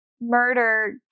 murder